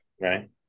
right